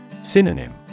Synonym